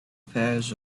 pairs